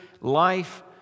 life